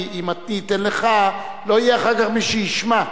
כי אם אני אתן לך לא יהיה אחר כך מי שישמע,